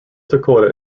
dakota